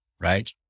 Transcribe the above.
right